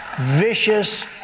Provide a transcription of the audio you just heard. vicious